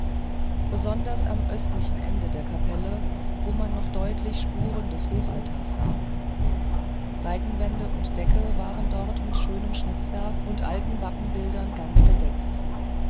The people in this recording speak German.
besonders am östlichen ende der kapelle wo man noch deutliche spuren des hochaltars sah seitenwände und decke waren dort mit schönem schnitzwerke und alten wappenbildern ganz bedeckt